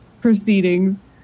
proceedings